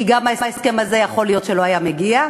כי גם ההסכם הזה יכול להיות שלא היה מגיע.